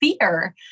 fear